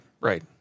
Right